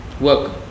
work